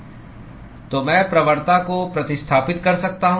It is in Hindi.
तो मैं प्रवणता को प्रतिस्थापित कर सकता हूं